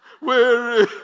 weary